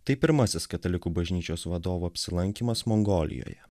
tai pirmasis katalikų bažnyčios vadovo apsilankymas mongolijoje